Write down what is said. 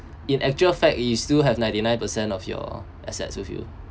in actual fact you still have ninety nine percent of your assets with you